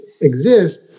exist